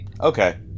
Okay